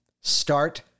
start